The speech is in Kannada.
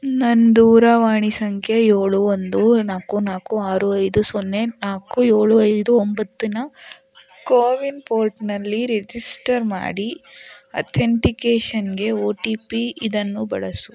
ನನ್ನ ದೂರವಾಣಿ ಸಂಖ್ಯೆ ಏಳು ಒಂದು ನಾಲ್ಕು ನಾಲ್ಕು ಆರು ಐದು ಸೊನ್ನೆ ನಾಲ್ಕು ಏಳು ಐದು ಒಂಬತ್ತಿನ ಕೋವಿನ್ ಪೋರ್ಟ್ನಲ್ಲಿ ರಿಜಿಸ್ಟರ್ ಮಾಡಿ ಅಥೆಂಟಿಕೇಷನ್ಗೆ ಒ ಟಿ ಪಿ ಇದನ್ನು ಬಳಸು